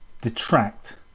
detract